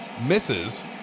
misses